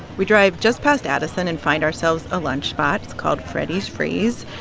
we drive just past addison and find ourselves a lunch spot. it's called freddies freeze.